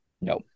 No